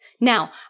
Now